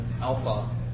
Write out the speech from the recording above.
Alpha